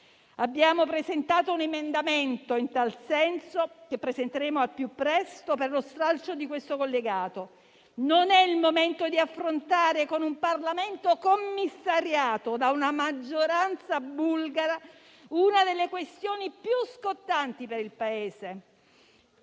Abbiamo messo a punto un emendamento in tal senso, che presenteremo al più presto, per lo stralcio di questo collegato. Non è il momento di affrontare, con un Parlamento commissariato da una maggioranza bulgara, una delle questioni più scottanti per il Paese;